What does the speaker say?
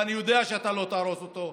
ואני יודע שאתה לא תהרוס אותו.